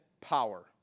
power